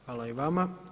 Hvala i vama.